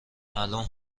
معلوم